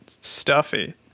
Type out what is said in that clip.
stuffy